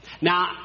Now